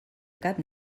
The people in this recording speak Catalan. cap